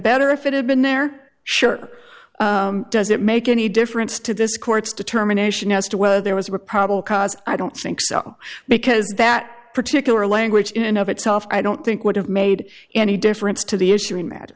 better if it had been there sure does it make any difference to this court's determination as to whether there was a probable cause i don't think so because that particular language in and of itself i don't think would have made any difference to the issue in that